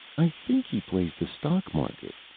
i think he plays the stock market,